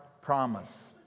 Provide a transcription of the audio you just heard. promise